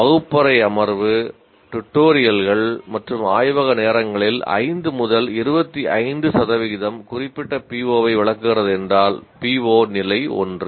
வகுப்பறை அமர்வு டுடோரியல்கள் மற்றும் ஆய்வக நேரங்களில் 5 முதல் 25 சதவிகிதம் குறிப்பிட்ட PO வை விளக்குகிறது என்றால் PO நிலை 1